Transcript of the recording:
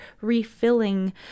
refilling